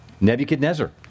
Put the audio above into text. Nebuchadnezzar